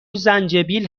زنجبیل